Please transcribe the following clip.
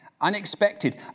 unexpected